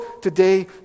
today